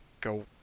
go